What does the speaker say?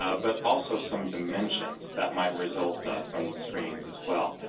ah but also some dimensions that might result from the screens as well.